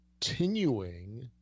continuing